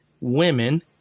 women